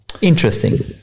Interesting